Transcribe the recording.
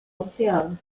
oceano